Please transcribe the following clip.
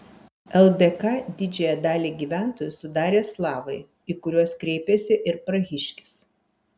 ldk didžiąją dalį gyventojų sudarė slavai į kuriuos kreipėsi ir prahiškis